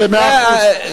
במאה אחוז.